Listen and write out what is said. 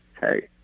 hey